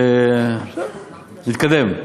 ונתקדם.